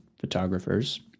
photographers